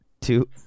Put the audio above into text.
two